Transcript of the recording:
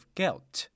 guilt